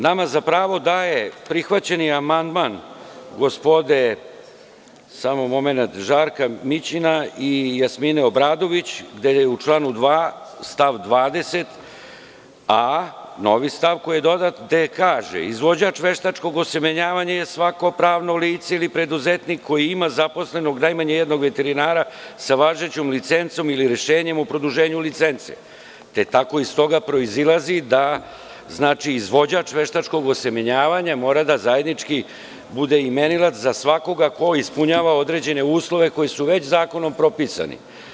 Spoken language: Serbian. Nama za pravo daje prihvaćeni amandman gospodina Žarka Mićina i Jasmine Obradović, gde je u članu 2. stav 20a. novi stav koji je dodat, gde kaže – izvođač veštačkog osemenjavanja je svako pravno lice ili preduzetnik koji ima zaposlenog najmanje jednog veterinara, sa važećom licencom ili rešenjem u produženju licence, te tako iz toga proizilazi da izvođač veštačkog osemenjavanja mora da zajednički bude imenilac za svakoga ko ispunjava određene uslove koji su već zakonom propisani.